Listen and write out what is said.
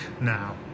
now